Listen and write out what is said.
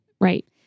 Right